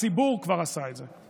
הציבור כבר עשה את זה.